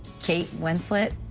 kate winslet?